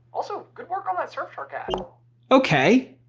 also, good work on that surfshark i mean okay,